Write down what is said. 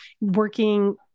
working